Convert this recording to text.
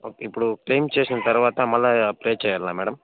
okay ఇప్పుడు claim చేసిన తర్వాత మళ్ళీ అది అప్లై చెయ్యాలా మేడం